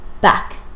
back